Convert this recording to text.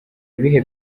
ibihe